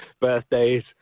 Birthdays